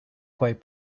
quite